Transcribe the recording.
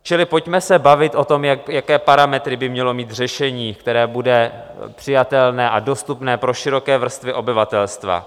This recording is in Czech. Čili pojďme se bavit o tom, jaké parametry by mělo mít řešení, které bude přijatelné a dostupné pro široké vrstvy obyvatelstva.